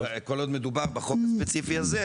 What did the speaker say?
אז אולי כדאי כל עוד מדובר בחוק הספציפי הזה,